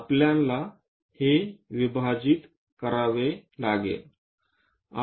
त्यानंतर आपल्याला हे विभाजित करावे लागेल